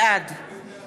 בעד